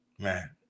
Man